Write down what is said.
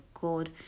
God